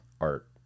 art